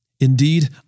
Indeed